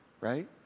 right